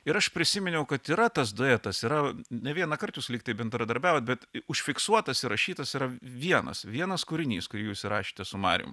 ir aš prisiminiau kad yra tas duetas yra ne vieną kart jūs lygtai bendradarbiavot bet užfiksuotas įrašytas yra vienas vienas kūrinys kurį jūs rašėte su marium